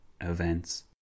events